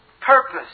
purpose